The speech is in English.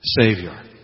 Savior